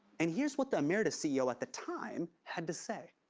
and here's what the emeritus ceo at the time had to say.